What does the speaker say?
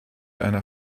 einer